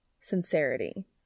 sincerity